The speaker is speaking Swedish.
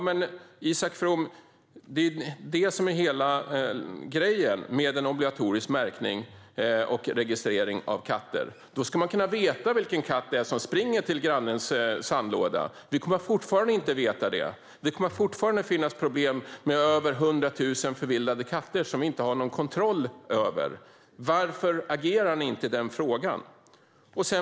Men, Isak From, hela grejen med obligatorisk märkning och registrering av katter är ju att man ska kunna veta vilken katt det är som springer till sandlådan. Nu kommer vi fortfarande inte att veta det, och vi kommer att fortsätta att ha problem med över 100 000 förvildade katter som vi inte har kontroll över. Varför agerar ni inte i denna fråga?